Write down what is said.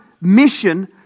mission